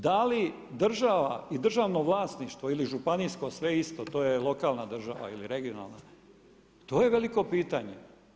Da li država i državno vlasništvo ili županijsko, sve isto to je lokalna država ili regionalna to je veliko pitanje.